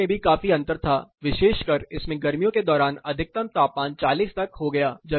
तापमान में भी काफी अंतर था विशेष कर इसमें गर्मियों के दौरान अधिकतम तापमान 40 तक हो गया